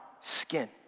skin